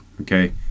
Okay